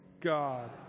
God